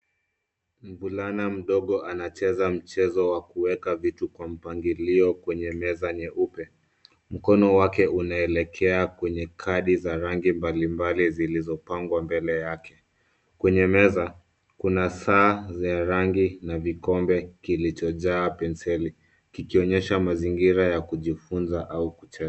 Mvulana mdogo anacheza mchezo wa kuweka vitu kwa mpangilio kwenye meza nyeupe. Mkono wake unaelekea kwenye kadi za rangi mbalimbali zilizopangwa mbele yake. Kwenye meza, kuna saa ya rangi na vikombe kilichojaa penseli, kikionyesha mazingira ya kujifunza au mchezo